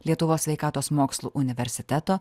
lietuvos sveikatos mokslų universiteto